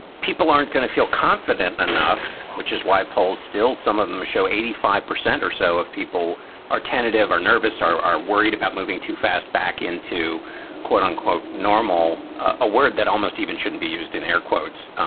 people aren't going to feel confident enough, which is why polls still some of them show eighty five percent or so of people are tentative or nervous, are are worried about moving too fast back into quote unquote, normal. a word that almost even shouldn't be used in air quotes